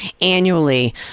annually